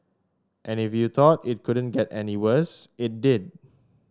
and if you thought it couldn't get any worse it did